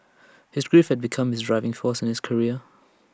his grief had become his driving force in his career